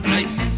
Nice